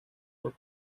were